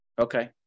Okay